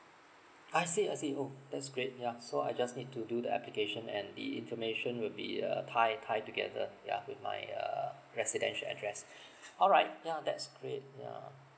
I see I see oh that's great yeah so I just need to do the application and the information will be uh tie tie together yeah with my uh residential address alright yeah that's great yeah